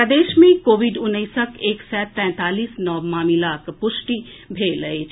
प्रदेश मे कोविड उन्नैसक एक सय तैंतालीस नव मामिलाक पुष्टि भेल अछि